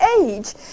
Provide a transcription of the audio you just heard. age